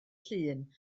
llun